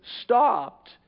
stopped